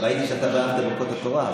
ראיתי שאתה בירכת ברכות התורה.